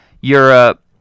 Europe